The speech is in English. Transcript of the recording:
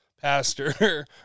pastor